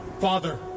Father